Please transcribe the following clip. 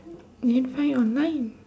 then find it online